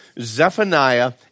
Zephaniah